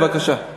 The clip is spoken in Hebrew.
בבקשה.